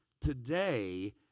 today